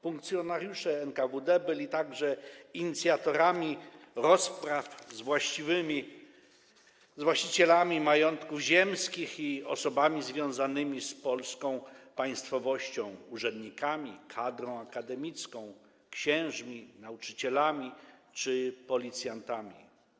Funkcjonariusze NKWD byli także inicjatorami rozpraw z właścicielami majątków ziemskich i osobami związanymi z polską państwowością, urzędnikami, kadrą akademicką, księżmi, nauczycielami czy policjantami.